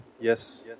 yes